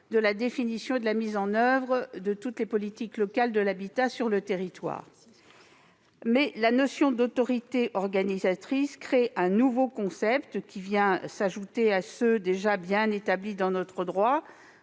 de la définition et de la mise en oeuvre de toutes les politiques locales de l'habitat sur le territoire. Cependant, la notion d'autorité organisatrice crée un nouveau concept, qui vient s'ajouter à ceux, déjà bien établis dans notre droit,